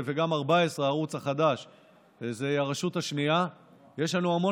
אצלנו זה חקוק במוח.